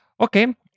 Okay